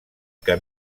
que